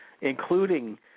including